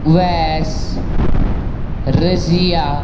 Owais Razia